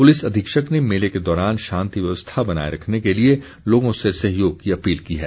police अधीक्षक ने मेले के दौरान शांति व्यवस्था बनाए रखने के लिए लोगों से सहयोग की अपील की है